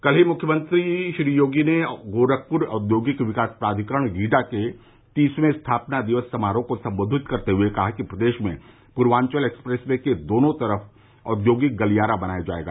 कल ही मुख्य श्री योगी ने गोरखपुर औद्योगिक विकास प्राविकरण गीदा के तीसवें स्थापना दिवस समारोह को सम्बोधित करते हुए कहा कि प्रदेश में पूर्वान्वल एक्सप्रेस वे के दोनों तरफ औद्योगिक गलियारा बनाया जायेगा